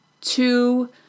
two